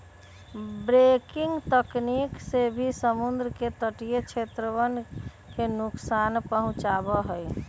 breaking तकनीक से भी समुद्र के तटीय क्षेत्रवन के नुकसान पहुंचावा हई